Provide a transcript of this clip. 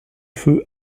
feu